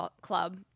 club